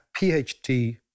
PhD